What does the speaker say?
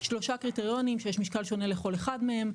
שלושה קריטריונים שיש משקל שונה לכל אחד מהם,